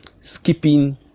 skipping